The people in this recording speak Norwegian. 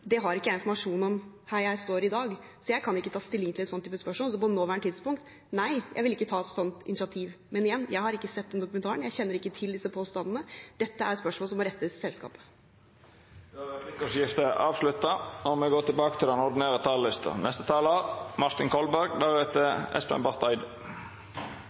Det har jeg ikke informasjon om her jeg står i dag, så jeg kan ikke ta stilling til et slikt spørsmål. Så på det nåværende tidspunkt: Nei, jeg vil ikke ta et slikt initiativ. Men igjen: Jeg har ikke sett dokumentaren, jeg kjenner ikke til disse påstandene. Dette er spørsmål som må rettes til selskapet. Replikkordskiftet er avslutta.